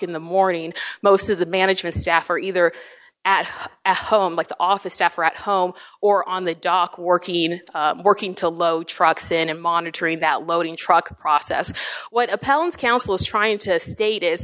in the morning most of the management staff are either at home like the office staff or at home or on the dock working in working to load trucks in and monitoring that loading truck process what appellants council is trying to date is